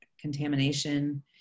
contamination